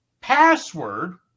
Password